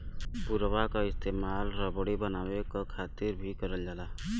पुवरा क इस्तेमाल रसरी बनावे क खातिर भी करल जाला